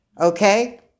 Okay